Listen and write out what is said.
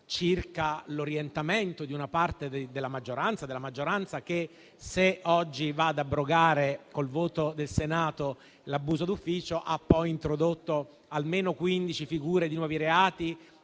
circa l'orientamento di una parte della maggioranza che, se oggi va ad abrogare con il voto del Senato il reato di abuso d'ufficio, ha poi introdotto almeno quindici figure di nuovi reati